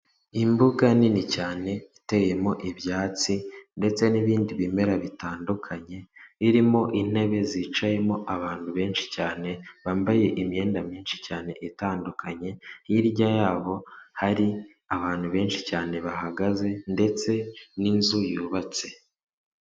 Imbuga nini cyane iteyemo ibyatsi ndetse n'ibindi bimera bitandukanye, irimo intebe zicayemo abantu benshi cyane bambaye imyenda myinshi cyane itandukanye ,hirya yabo hari abantu benshi cyane bahagaze ndetse n'inzu yubatse.